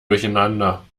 durcheinander